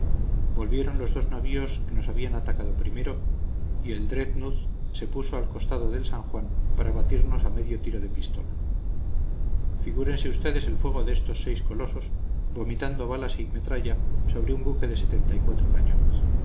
volvieron los dos navíos que nos habían atacado primero y el dreadnoutgh se puso al costado del san juan para batirnos a medio tiro de pistola figúrense ustedes el fuego de estos seis colosos vomitando balas y metralla sobre un buque de cañones